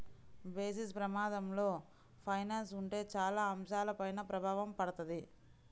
basis ప్రమాదంలో finance ఉంటే చాలా అంశాలపైన ప్రభావం పడతది